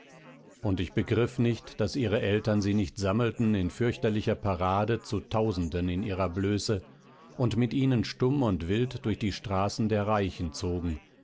und ich begriff nicht daß ihre eltern sie nicht sammelten in fürchterlicher parade zu tausenden in ihrer blöße und mit ihnen stumm und wild durch die straßen der reichen zogen